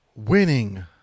Winning